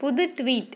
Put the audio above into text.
புது ட்வீட்